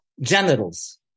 genitals